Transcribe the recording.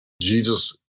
Jesus